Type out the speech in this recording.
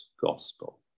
gospel